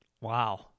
Wow